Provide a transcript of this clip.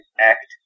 act